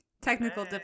Technical